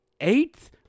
eighth